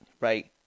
right